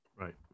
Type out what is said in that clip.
Right